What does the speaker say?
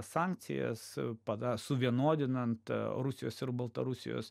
sankcijas pada suvienodinant rusijos ir baltarusijos